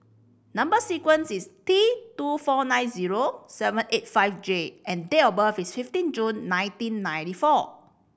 number sequence is T two four nine zero seven eight five J and date of birth is fifteen June nineteen ninety four